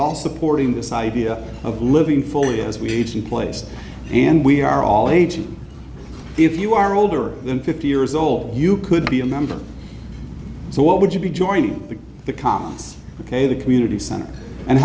all supporting this idea of living fully as we age and place and we are all aging if you are older than fifty years old you could be a member so what would you be joining the cons ok the community center and